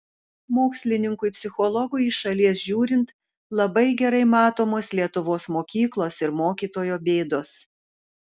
mokslininkui psichologui iš šalies žiūrint labai gerai matomos lietuvos mokyklos ir mokytojo bėdos